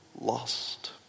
lost